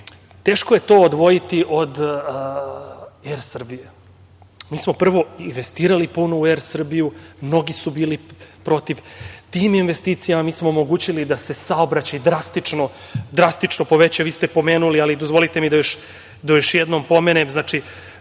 VANSI.Teško je to odvojiti od ER Srbije. Mi smo puno investirali u ER Srbiju, mnogi su bili protiv tih investicija, a mi smo omogućili da se saobraćaj drastično poveća. Vi ste pomenuli, ali dozvolite mi da još jednom pomenem,